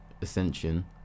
ascension